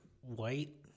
white